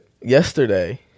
yesterday